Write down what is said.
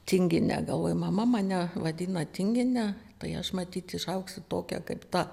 tingine galvoju mama mane vadina tingine tai aš matyt išaugsiu tokia kaip ta